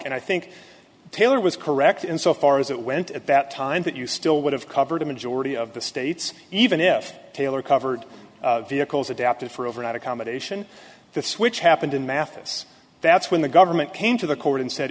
and i think taylor was correct in so far as it went at that time that you still would have covered a majority of the states even if taylor covered vehicles adapted for overnight accommodation this which happened in mathis that's when the government came to the court and said